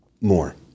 More